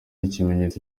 ikimenyetso